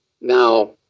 Now